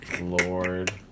lord